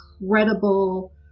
incredible